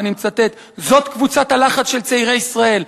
ואני מצטט: "זו קבוצת הלחץ של צעירי ישראל,